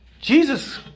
Jesus